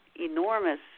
enormous